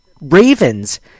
Ravens